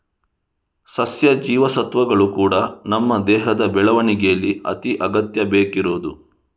ಸಸ್ಯ ಜೀವಸತ್ವಗಳು ಕೂಡಾ ನಮ್ಮ ದೇಹದ ಬೆಳವಣಿಗೇಲಿ ಅತಿ ಅಗತ್ಯ ಬೇಕಿರುದು